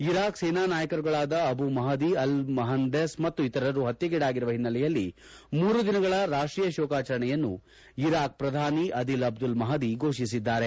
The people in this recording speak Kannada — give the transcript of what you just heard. ಇರಾಖ್ ಸೇನಾ ನಾಯಕರುಗಳಾದ ಅಬು ಮಹದಿ ಅಲ್ ಮೊಹನ್ವೆಸ್ ಮತ್ತು ಇತರರು ಪತ್ನೆಗೀಡಾಗಿರುವ ಹಿನ್ನೆಲೆಯಲ್ಲಿ ಮೂರು ದಿನಗಳ ರಾಷ್ಟೀಯ ಶೋಕಾಚರಣೆಯನ್ನು ಇರಾಖ್ ಪ್ರಧಾನಿ ಆದಿಲ್ ಅಬ್ದುಲ್ ಮಹದಿ ಘೋಷಿಸಿದ್ದಾರೆ